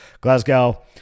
Glasgow